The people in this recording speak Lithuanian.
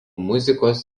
muzikos